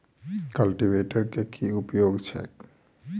Cultivator केँ की उपयोग छैक?